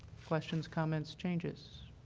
questions, comments, changes?